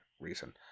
reason